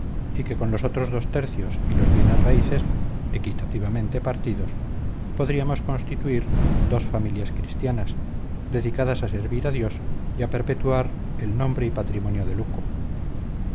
y que con los otros dos tercios y los bienes raíces equitativamente partidos podríamos constituir dos familias cristianas dedicadas a servir a dios y a perpetuar el nombre y patrimonio de luco